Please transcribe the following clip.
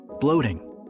bloating